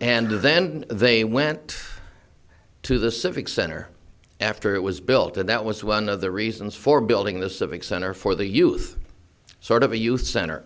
and then they went to the civic center after it was built and that was one of the reasons for building the civic center for the youth sort of a youth center